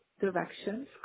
directions